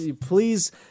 please